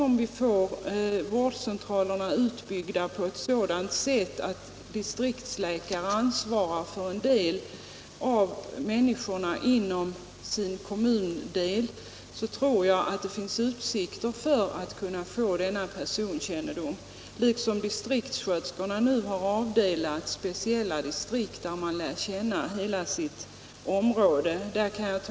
Om vi får vårdcentralerna utbyggda på sådant sätt att distriktsläkaren ansvarar för en del av människorna inom sin kommun, så tror jag att det finns utsikter för att så småningom få samma personkännedom som distriktssköterskorna nu har efter indelningen i speciella distrikt, där man lär känna hela befolkningen i området. Jag kan f.ö.